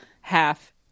half